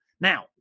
Now